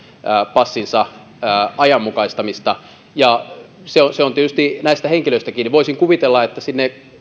passinsa ajanmukaistamista ja se on se on tietysti näistä henkilöistä kiinni voisin kuvitella että sinne